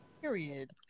Period